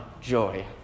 joy